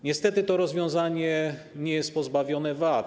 Niestety to rozwiązanie nie jest pozbawione wad.